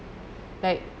like